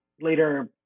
later